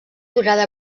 durada